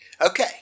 Okay